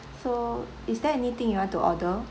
so is there anything you want to order